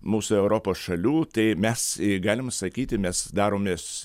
mūsų europos šalių tai mes galim sakyti mes daromės